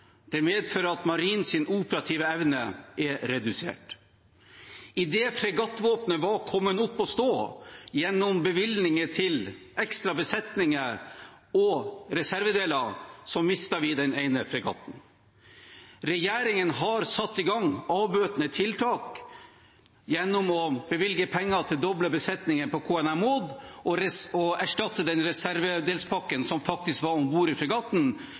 Det medførte at Marinens operative evne er redusert. Idet fregattvåpenet var kommet opp og stå gjennom bevilgninger til ekstra besetninger og reservedeler, mistet vi den ene fregatten. Regjeringen har satt i gang avbøtende tiltak ved å bevilge penger til å doble besetningen på KNM «Maud» og ved å erstatte den reservedelspakken som faktisk var